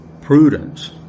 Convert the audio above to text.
Prudence